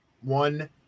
One